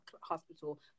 hospital